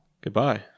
Goodbye